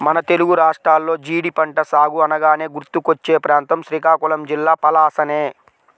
మన తెలుగు రాష్ట్రాల్లో జీడి పంట సాగు అనగానే గుర్తుకొచ్చే ప్రాంతం శ్రీకాకుళం జిల్లా పలాసనే